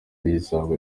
rizaba